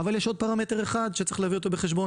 אבל יש עוד פרמטר אחד שצריך להביא אותו בחשבון,